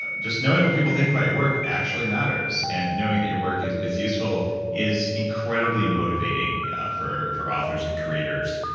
ah just knowing what people think about your work actually matters and knowing that your work is is useful is incredibly motivating for for authors and creators.